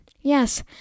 Yes